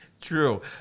True